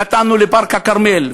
נתנו לפארק הכרמל,